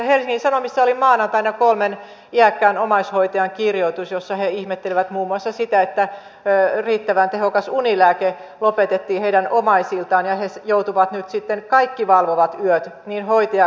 helsingin sanomissa oli maanantaina kolmen iäkkään omaishoitajan kirjoitus jossa he ihmettelivät muun muassa sitä että riittävän tehokas unilääke lopetettiin heidän omaisiltaan ja he joutuvat nyt sitten kaikki valvomaan yöt niin hoitaja kuin hoidettava